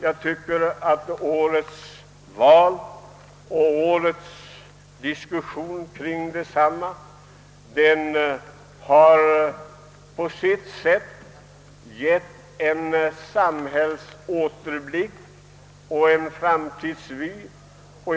Jag tycker att årets val och diskussionen kring detsamma på sitt sätt har gett en samhällsåterblick och en framtidsvy.